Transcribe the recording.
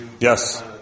Yes